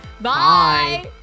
Bye